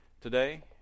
today